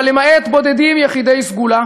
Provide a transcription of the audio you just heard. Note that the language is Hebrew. אבל למעט בודדים יחידי סגולה,